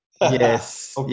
Yes